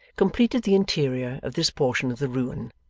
completed the interior of this portion of the ruin.